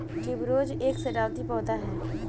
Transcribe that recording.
tuberose एक सजावटी पौधा है